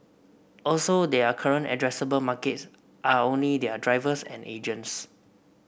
also their current addressable markets are only their drivers and agents